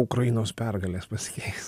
ukrainos pergalės pasikeis